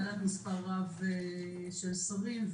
היא בעלת מספר רב של שרים.